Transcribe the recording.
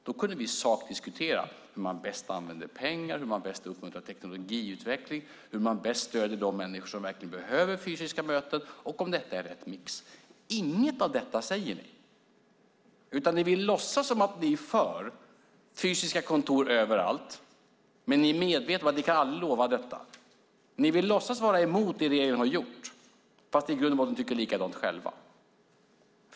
Då kunde vi ha sakdiskuterat hur man bäst använder pengar, hur man bäst uppmuntrar teknologiutveckling, hur man bäst stöder de människor som verkligen behöver det fysiska mötet och om det är rätt mix. Inget av detta säger ni, utan ni vill låtsas som att ni är för fysiska kontor överallt, men ni är medvetna om att ni aldrig kan lova detta. Ni vill låtsas vara emot det som regeringen har gjort fastän ni i grund och botten tycker likadant. Fair enough.